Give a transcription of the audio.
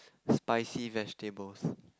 spicy vegetables